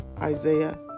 Isaiah